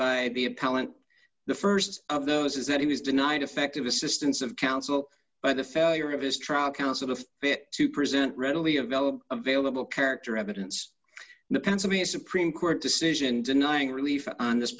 by the appellant the st of those is that he was denied effective assistance of counsel by the failure of his trial counsel to fit to present readily available available character evidence in the pennsylvania supreme court decision denying relief on this